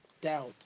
doubt